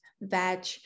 veg